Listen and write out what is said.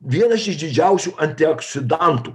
vienas iš didžiausių antioksidantų